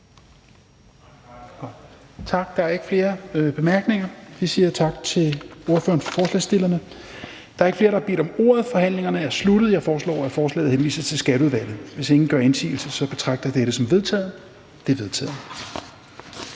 Tak. Der er ikke flere korte bemærkninger. Vi siger tak til ordføreren for forslagsstillerne. Der er ikke flere, der har bedt om ordet, så forhandlingerne er sluttet. Jeg foreslår, at forslaget til folketingsbeslutning henvises til Skatteudvalget. Hvis ingen gør indsigelse, betragter jeg dette som vedtaget. Det er vedtaget.